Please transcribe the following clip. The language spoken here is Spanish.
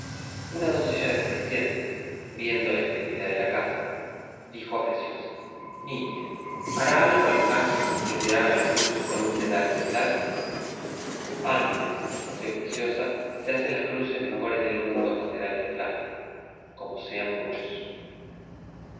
una doncella de las presentes viendo la esterilidad de la casa dijo a preciosa niña hará algo al caso que se haga la cruz con un dedal de plata antes respondió preciosa se hacen las cruces mejores del mundo con dedales de plata como sean muchos